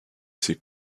ces